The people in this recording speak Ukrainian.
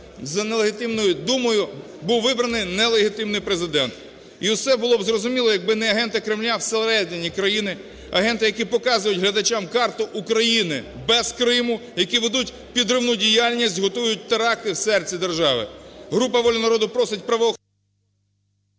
за нелегітимною Думою був вибраний нелегітимний Президент. І все було б зрозуміло, якби не агенти Кремля всередині країни, агенти, які показують глядачам карту України без Криму, які ведуть підривну діяльність, готують теракти в серці держави. Група "Воля народу" просить… ГОЛОВУЮЧИЙ.